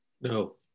No